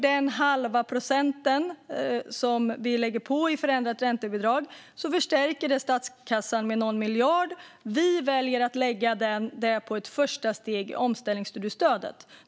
Den halva procent som vi lägger på i förändrat räntebidrag förstärker statskassan med någon miljard, som vi väljer att lägga på ett första steg i omställningsstudiestödet.